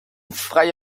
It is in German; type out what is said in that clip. freie